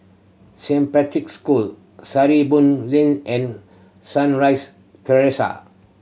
Saint Patrick's School Sarimbun Lane and Sunrise Terrace